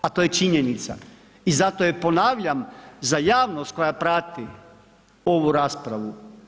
A to je činjenica i zato je ponavljam za javnost koja prati ovu raspravu.